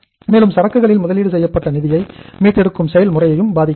மேலும் சரக்கு களில் முதலீடு செய்யப்பட்ட நிதியை மீட்டெடுக்கும் செயல் முறையையும் பாதிக்கிறது